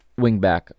wingback